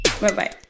Bye-bye